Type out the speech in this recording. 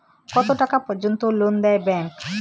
কত টাকা পর্যন্ত লোন দেয় ব্যাংক?